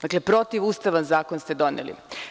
Dakle, protivustavan zakon ste doneli.